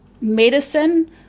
medicine